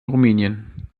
rumänien